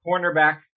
cornerback